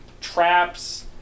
traps